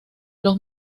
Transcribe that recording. los